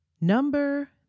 Number